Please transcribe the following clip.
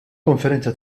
konferenza